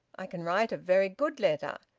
i can write a very good letter,